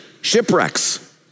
shipwrecks